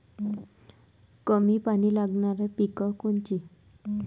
कमी पानी लागनारं पिक कोनचं?